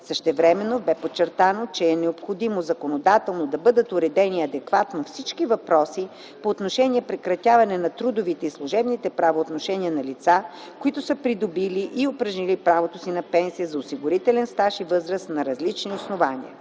Същевременно бе подчертано, че е необходимо законодателно да бъдат уредени адекватно всички въпроси по отношение прекратяване на трудовите и служебните правоотношения на лица, които са придобили и упражнили правото си на пенсия за осигурителен стаж и възраст на различни основания.